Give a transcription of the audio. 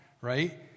right